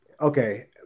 okay